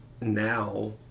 now